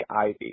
Ivy